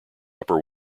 upper